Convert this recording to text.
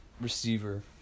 Receiver